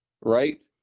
Right